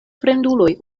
fremduloj